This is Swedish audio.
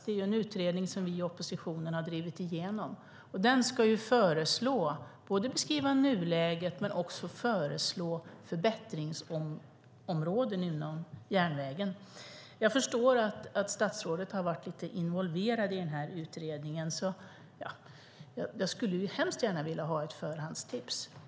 Det är en utredning som vi i oppositionen har drivit igenom och som ska beskriva nuläget men också föreslå förbättringsområden inom järnvägen. Jag har förstått att statsrådet har varit lite involverad i utredningen, och jag skulle hemskt gärna vilja ha ett förhandstips.